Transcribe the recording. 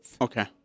Okay